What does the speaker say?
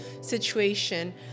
situation